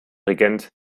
regent